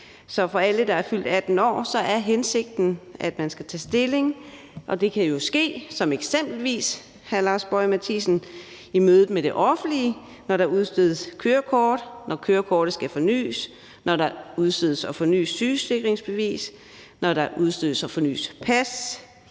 Så for alle, der er fyldt 18 år, er hensigten, at man skal tage stilling, og det kan jo eksempelvis ske, hr. Lars Boje Mathiesen, i mødet med det offentlige, når der udstedes kørekort, når kørekortet skal fornyes, når der udstedes og fornyes sygesikringsbevis, når der udstedes og fornyes pas,